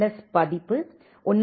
S பதிப்பு 1